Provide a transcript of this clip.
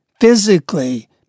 physically